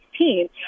2016